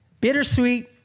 bittersweet